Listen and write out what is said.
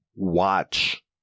watch